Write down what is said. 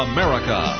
America